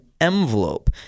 envelope